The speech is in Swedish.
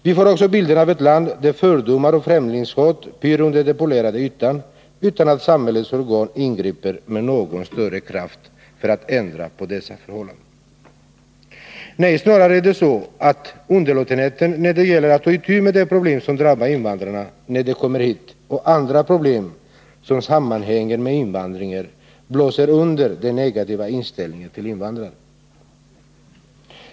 Vi får också bilden av ett land där fördomar och främlingshat pyr under den polerade ytan, utan att samhällets organ ingriper med någon större kraft för att ändra på sådana ståndpunkter. Nej, snarare är det så att underlåtenheten då det gäller att ta itu med de problem som drabbar invandrare när de kommer hit, och andra problem som sammanhänger med invandringen, blåser under den negativa inställningen till invandrare.